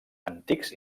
antics